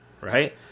Right